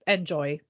Enjoy